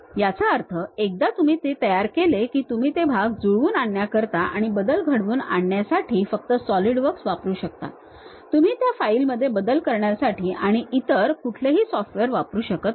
याचा अर्थ एकदा तुम्ही तयार केले की तुम्ही ते भाग जुळवून आणण्याकरिता आणि बदल घडवून आणण्यासाठी फक्त सॉलिडवर्क्स वापरू शकता तुम्ही त्या फाइल मध्ये बदल करण्यासाठी इतर कुठलेही सॉफ्टवेअर वापरू शकत नाही